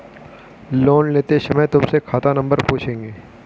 loan लेते समय तुमसे खाता नंबर पूछेंगे